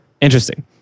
interesting